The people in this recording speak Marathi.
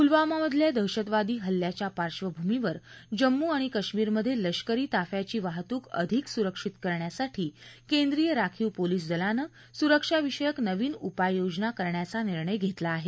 पुलवामामधल्या दहशतवादी हल्ल्याच्या पार्श्वभूमीवर जम्मू आणि काश्मीरमध्ये लष्करी ताफ्याची वाहतूक अधिक सुरक्षित करण्यासाठी केंद्रीय राखीव पोलीस दलानं सुरक्षाविषयक नवीन उपाययोजना करण्याचा निर्णय घेतला आहे